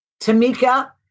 Tamika